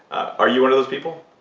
are you one of those people?